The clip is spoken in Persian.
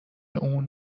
اون